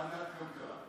לוועדת הכלכלה.